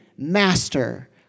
master